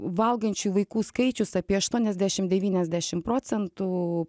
valgančių vaikų skaičius apie aštuoniasdešim devyniasdešim procentų